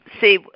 see